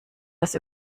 das